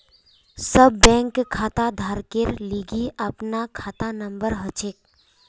सब बैंक खाताधारकेर लिगी अपनार खाता नंबर हछेक